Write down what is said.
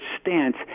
stance